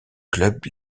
club